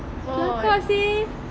kelakar seh